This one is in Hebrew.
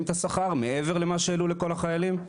את השכר מעבר למה שהעלו לכל החיילים?